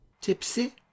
Tipsy